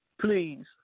Please